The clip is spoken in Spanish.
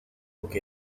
que